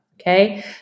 Okay